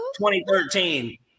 2013